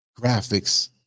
graphics